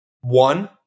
one